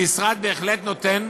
המשרד בהחלט נותן